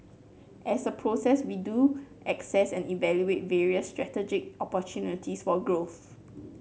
as a process we do asccess and evaluate various strategic opportunities for growth